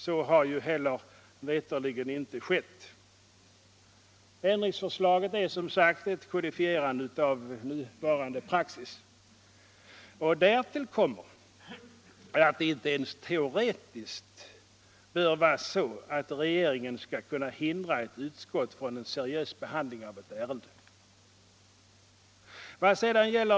Så har heller veterligen inte skett. Ändringsförslaget är som sagt ett kodifierande av nuvarande praxis. Därtill kommer att det inte ens teoretiskt bör vara så att regeringen skall kunna hindra ett utskott från en seriös behandling av ett ärende.